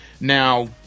Now